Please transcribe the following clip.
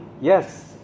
yes